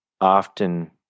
often